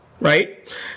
right